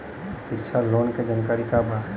शिक्षा लोन के जानकारी का बा?